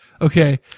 okay